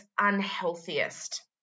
unhealthiest